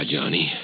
Johnny